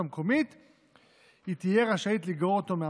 המקומית היא תהיה רשאית לגרור אותו מהמקום.